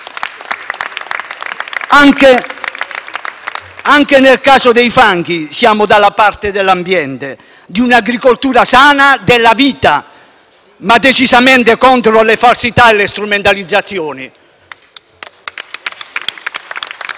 Anche nel caso dei fanghi, siamo dalla parte dell’ambiente, di un’agricoltura sana e della vita, ma decisamente contro le falsità e le strumentalizzazioni.